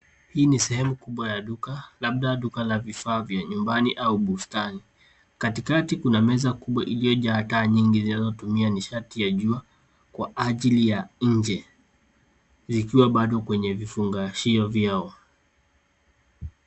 Hii ni sehemu kubwa ya duka labda duka la vifaa vya nyumbani au bustani. Katikati kuna meza kubwa iliyo jaa taa nyingi zinazo tumia nishati ya jua kwa ajili ya nje zikiwa bado kwenye vifungashio vyao.